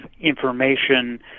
information